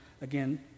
Again